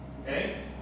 okay